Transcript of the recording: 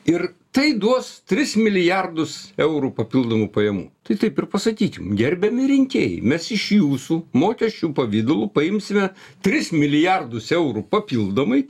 ir tai duos tris milijardus eurų papildomų pajamų tai taip ir pasakykim gerbiami rinkėjai mes iš jūsų mokesčių pavidalu paimsime tris milijardus eurų papildomai